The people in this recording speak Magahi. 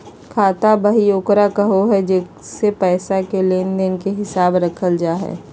खाता बही ओकरा कहो हइ जेसे पैसा के लेन देन के हिसाब रखल जा हइ